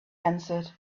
answered